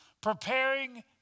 Preparing